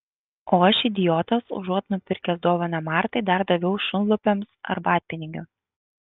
o aš idiotas užuot nupirkęs dovaną martai dar daviau šunlupiams arbatpinigių